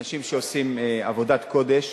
אנשים שעושים עבודת קודש